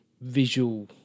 visual